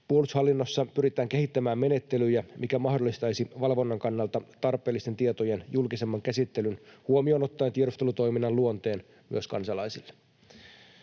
Puolustushallinnossa pyritään kehittämään menettelyjä, jotka mahdollistaisivat valvonnan kannalta tarpeellisten tietojen julkisemman käsittelyn huomioon ottaen tiedustelutoiminnan luonteen myös kansalaisille.